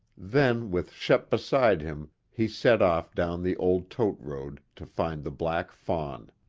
then, with shep beside him, he set off down the old tote road to find the black fawn.